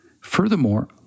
Furthermore